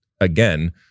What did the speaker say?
again